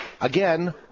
Again